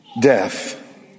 death